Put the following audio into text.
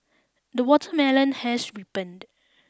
the watermelon has ripened